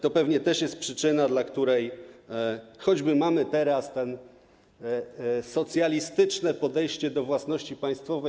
To pewnie też jest przyczyna, dla której choćby mamy teraz to socjalistyczne podejście do własności państwowej.